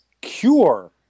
cure